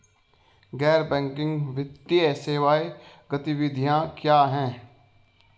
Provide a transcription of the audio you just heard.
गैर बैंकिंग वित्तीय सेवा गतिविधियाँ क्या हैं?